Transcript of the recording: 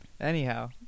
Anyhow